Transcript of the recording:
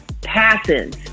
passes